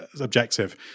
Objective